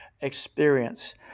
experience